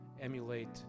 emulate